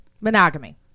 Monogamy